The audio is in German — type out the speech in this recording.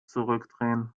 zurückdrehen